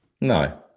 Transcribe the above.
no